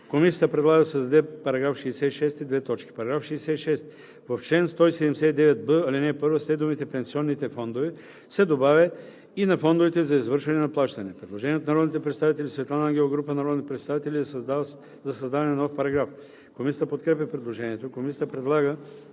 Комисията предлага да се създаде § 66: „§ 66. В чл. 179б, ал. 1 след думите „пенсионните фондове“ се добавя „и на фондовете за извършване на плащания“.“ Предложение от народния представител Светлана Ангелова и група народни представители за създаване на нов параграф. Комисията подкрепя предложението. Комисията предлага